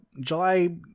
July